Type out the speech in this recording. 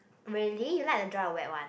really you like the dry or wet one